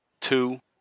two